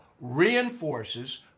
reinforces